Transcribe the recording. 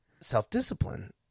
self-discipline